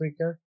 Africa